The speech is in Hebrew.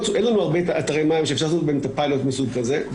אין לי הרבה אתרי מים שאפשר לעשות בהם את הפיילוט מסוג הזה.